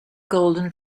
golden